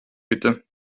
bitte